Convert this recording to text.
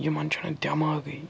یِمَن چھُنہٕ دٮ۪ماغٕے